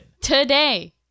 Today